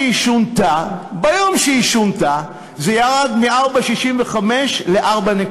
שונתה, ביום שהיא שונתה זה ירד מ-4.65 ל-4.3.